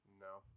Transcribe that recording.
No